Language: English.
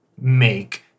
make